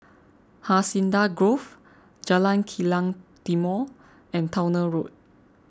Hacienda Grove Jalan Kilang Timor and Towner Road